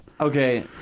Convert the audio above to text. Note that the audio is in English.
Okay